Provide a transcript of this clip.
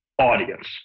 audience